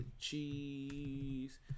cheese